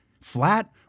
Flat